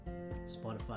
Spotify